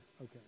Okay